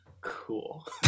cool